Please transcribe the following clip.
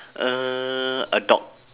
uh a dog